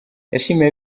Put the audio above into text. yashimiye